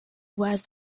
was